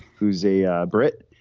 who's a ah brit.